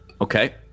Okay